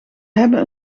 hebben